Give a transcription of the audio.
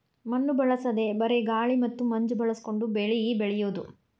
ಮಣ್ಣು ಬಳಸದೇ ಬರೇ ಗಾಳಿ ಮತ್ತ ಮಂಜ ಬಳಸಕೊಂಡ ಬೆಳಿ ಬೆಳಿಯುದು